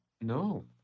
No